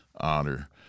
honor